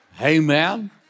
Amen